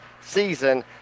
season